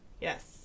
Yes